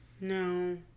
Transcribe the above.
No